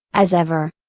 as ever.